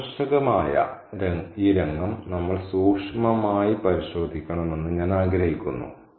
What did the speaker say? ആകർഷകമായ ഈ രംഗം നമ്മൾ സൂക്ഷ്മമായി പരിശോധിക്കണമെന്ന് ഞാൻ ആഗ്രഹിക്കുന്നു